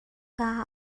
kaa